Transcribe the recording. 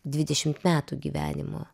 dvidešimt metų gyvenimo